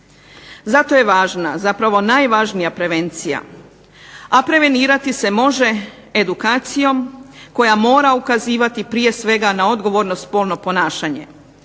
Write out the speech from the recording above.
Zato je važna, zapravo najvažnija prevencija, a prevenirati se može edukacijom, koja mora ukazivati prije svega na odgovorno spolno ponašanje.